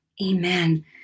Amen